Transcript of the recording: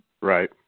Right